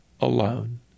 alone